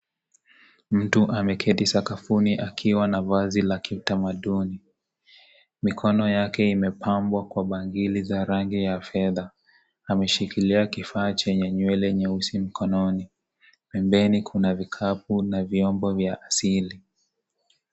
Mtu ameketi sakafuni akiwa na vazi la kitamaduni. Mikono yake imepambwa kwa bangili za rangi ya fedha. Ameshikilia kifaa chenye nywele nyeusi mkononi. Pembeni kuna vikapu na vyombo vya asili.